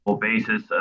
basis